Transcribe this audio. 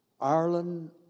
Ireland